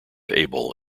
abel